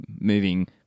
moving